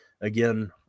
again